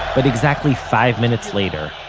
but exactly five minutes later,